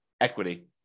equity